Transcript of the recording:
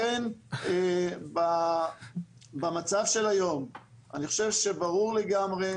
לכן במצב של היום, אני חושב שברור לגמרי,